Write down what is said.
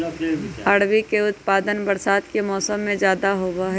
अरबी के उत्पादन बरसात के मौसम में ज्यादा होबा हई